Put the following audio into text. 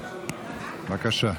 בבקשה.